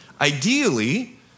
Ideally